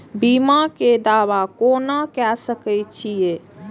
बीमा के दावा कोना के सके छिऐ?